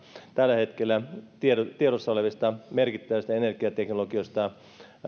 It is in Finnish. tällä hetkellä tiedossa tiedossa olevista merkittävistä energiateknologioista